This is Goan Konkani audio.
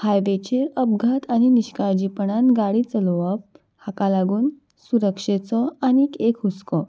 हायवेचेर अपघात आनी निश्काळजीपणान गाडी चलोवप हाका लागून सुरक्षेचो आनीक एक हुस्को